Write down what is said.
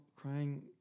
crying